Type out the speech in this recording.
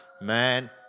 Man